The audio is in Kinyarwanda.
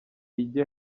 ijye